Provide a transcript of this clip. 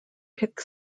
pick